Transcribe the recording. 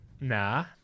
Nah